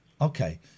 Okay